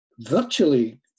virtually